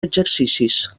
exercicis